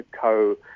co